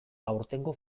aurtengo